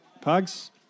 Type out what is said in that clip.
Pugs